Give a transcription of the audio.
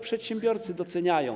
Przedsiębiorcy to doceniają.